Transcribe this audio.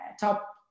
top